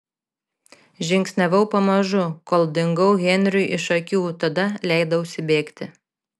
žingsniavau pamažu kol dingau henriui iš akių tada leidausi bėgti